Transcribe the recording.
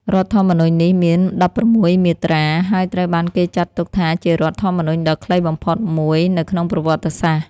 រដ្ឋធម្មនុញ្ញនេះមាន ១៦ មាត្រា ហើយត្រូវបានគេចាត់ទុកថាជារដ្ឋធម្មនុញ្ញដ៏ខ្លីបំផុតមួយនៅក្នុងប្រវត្តិសាស្ត្រ។